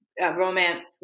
romance